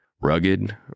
rugged